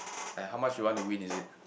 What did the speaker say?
like how much you want to win is it